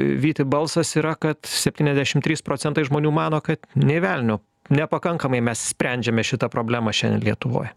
vyti balsas yra kad septyniasdešim trys procentai žmonių mano kad nė velnio nepakankamai mes sprendžiame šitą problemą šiandien lietuvoj